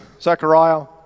Zechariah